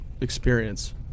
experience